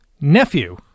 nephew